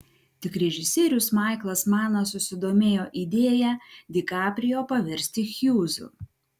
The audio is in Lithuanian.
tik režisierius maiklas manas susidomėjo idėja di kaprijo paversti hjūzu